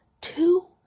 two